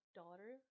daughter